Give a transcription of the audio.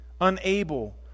unable